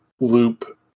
loop